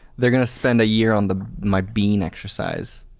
they're gonna spend a year on the my bean exercise.